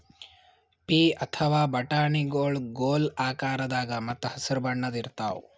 ಪೀ ಅಥವಾ ಬಟಾಣಿಗೊಳ್ ಗೋಲ್ ಆಕಾರದಾಗ ಮತ್ತ್ ಹಸರ್ ಬಣ್ಣದ್ ಇರ್ತಾವ